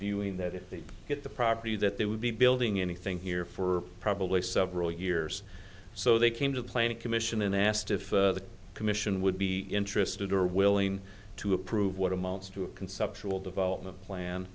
viewing that if they get the property that they would be building anything here for probably several years so they came to the planning commission and asked if the commission would be interested or willing to approve what amounts to a conceptual development plan